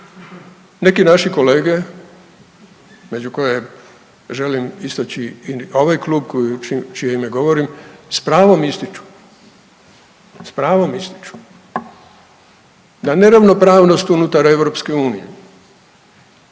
Neki naše kolege među koje želim istaći i ovaj klub u čije ime govorim s pravom ističu, s pravom ističu da neravnopravnost unutar EU,